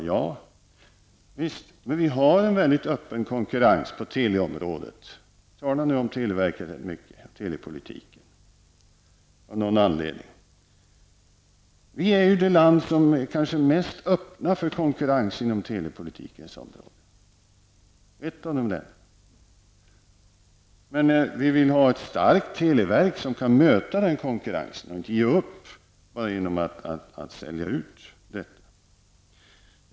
Ja visst, men vi har en mycket öppen konkurrens på teleområdet. Vi talar av någon anledning ganska mycket om televerket och telepolitiken. Sverige är ett av de länder som är kanske mest öppet för konkurrens inom telepolitikens område. Men vi vill ha ett starkt televerk som kan möta denna konkurrens och inte ge upp genom att sälja ut detta.